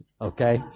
Okay